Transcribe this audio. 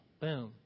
Boom